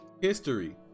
history